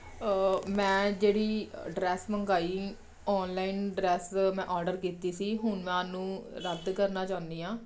ਮੈਂ ਜਿਹੜੀ ਡਰੈਸ ਮੰਗਾਈ ਆਨਲਾਈਨ ਡਰੈਸ ਮੈਂ ਆਰਡਰ ਕੀਤੀ ਸੀ ਹੁਣ ਮੈਂ ਉਹਨੂੰ ਰੱਦ ਕਰਨਾ ਚਾਹੁੰਦੀ ਹਾਂ